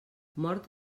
mort